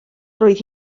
roedd